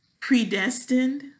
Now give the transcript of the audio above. predestined